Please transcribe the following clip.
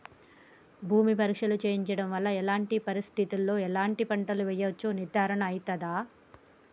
భూమి పరీక్ష చేయించడం వల్ల ఎలాంటి పరిస్థితిలో ఎలాంటి పంటలు వేయచ్చో నిర్ధారణ అయితదా?